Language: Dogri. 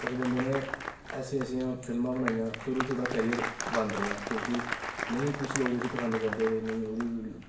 उस बंदे नै ऐसियां ऐसियां फिल्मां बनाइयां शुरू च ओह्दा करियर बंद रेहा क्योंकि नेईं कुश लोग उस्सी पसंद करदे हे निं उ'दी वीडियो